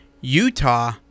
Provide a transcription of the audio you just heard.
Utah